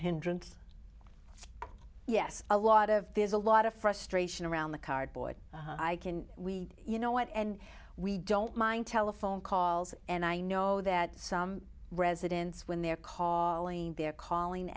hindrance yes a lot of there's a lot of frustration around the cardboard i can we you know what and we don't mind telephone calls and i know that some residents when they're call and they're calling